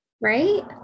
Right